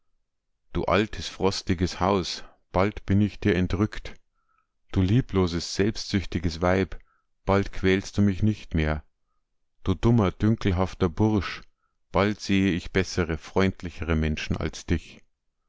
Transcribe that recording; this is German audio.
du altes frostiges haus bald bin ich dir entrückt du liebloses selbstsüchtiges weib bald quälst du mich nicht mehr du dummer dünkelhafter bursch bald sehe ich bessere freundlichere menschen als dich